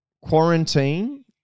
quarantine